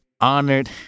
honored